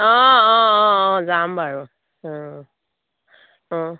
অঁ অঁ অঁ অঁ যাম বাৰু অঁ অঁ